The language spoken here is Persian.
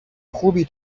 خوبی